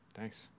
Thanks